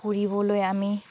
পুৰিবলৈ আমি